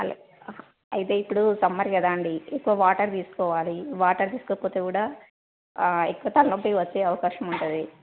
అలాగే అయితే ఇప్పుడు సమ్మర్ కదా అండి ఎక్కువ వాటర్ తీసుకోవాలి వాటర్ తీసుకోకపోతే కూడా ఎక్కువ తలనొప్పి వచ్చే అవకాశం ఉంటుంది